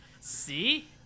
See